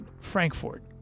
Frankfort